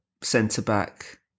centre-back